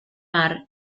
mar